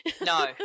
No